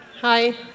Hi